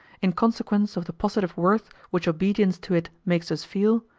in consequence of the positive worth which obedience to it makes us feel,